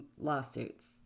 lawsuits